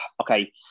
okay